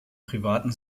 privaten